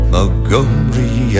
Montgomery